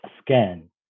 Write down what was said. scan